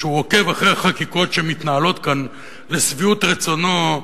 שהוא עוקב אחרי החקיקות שמתנהלות כאן לשביעות רצונו,